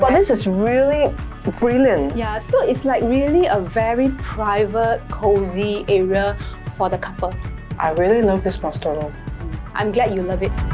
but this is really brilliant yeah. so it's like really a very private cozy area for the couple i really love this master room i'm glad you love it